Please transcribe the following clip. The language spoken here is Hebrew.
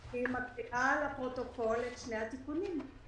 אני מקריאה לפרוטוקול את שני התיקונים.